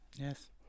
Yes